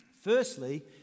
Firstly